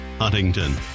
Huntington